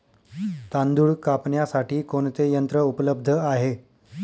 तांदूळ कापण्यासाठी कोणते यंत्र उपलब्ध आहे?